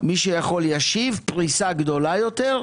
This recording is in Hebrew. מי שיכול ישיב, פריסה גדולה יותר,